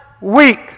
week